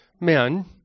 men